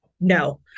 No